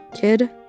kid